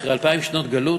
אחרי אלפיים שנות גלות,